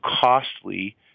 costly